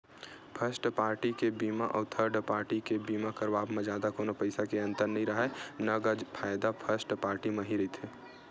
first party के बीमा अउ थर्ड पाल्टी के बीमा करवाब म जादा कोनो पइसा के अंतर नइ राहय न गा फायदा फस्ट पाल्टी म ही रहिथे